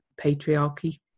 patriarchy